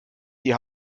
die